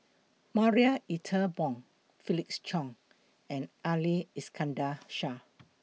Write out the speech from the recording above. Marie Ethel Bong Felix Cheong and Ali Iskandar Shah